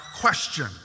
question